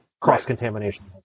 cross-contamination